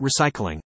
recycling